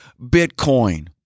Bitcoin